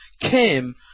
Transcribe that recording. came